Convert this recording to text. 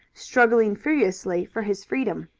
struggling furiously for his freedom.